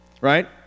right